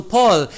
Paul